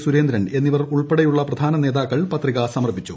സുരേന്ദ്രൻ എന്നിവർ ഉൾപ്പെടെയുള്ള പ്രധാന നേതാക്കൾ പ്രതിക സമർപ്പിച്ചു